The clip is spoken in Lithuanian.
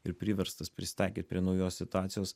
ir priverstas prisitaikyt prie naujos situacijos